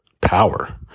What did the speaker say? power